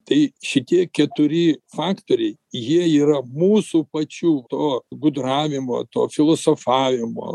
tai šitie keturi faktoriai jie yra mūsų pačių to gudravimo to filosofavimo